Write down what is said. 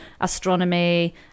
astronomy